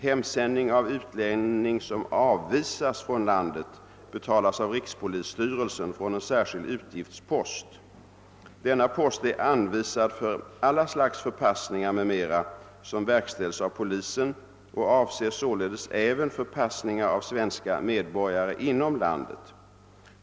Hemsändning av utlänning som avvisas från landet betalas av rikspolisstyrelsen från en särskild utgiftspost. Den na post är anvisad för alla slags förpassningar m.m. som verkställs av polisen och avser således även förpassningar av svenska medborgare inom landet.